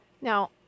Now